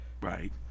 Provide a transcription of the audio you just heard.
Right